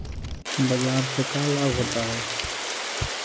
बाजार से का लाभ होता है?